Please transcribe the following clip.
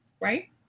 right